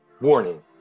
Warning